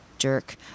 jerk